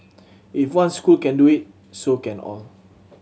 if one school can do it so can all